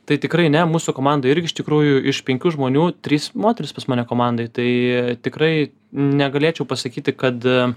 tai tikrai ne mūsų komandoj irgi iš tikrųjų iš penkių žmonių trys moterys pas mane komandoj tai tikrai negalėčiau pasakyti kad